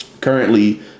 Currently